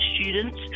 students